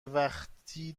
وقتی